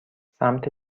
سمت